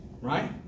Right